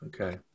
Okay